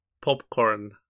popcorn